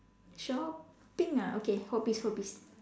shopping ah okay hobbies hobbies